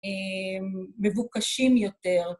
מבוקשים יותר.